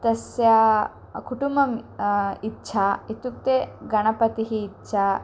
तस्य कुटुम्बः इच्छा इत्युक्ते गणपतिः इच्छा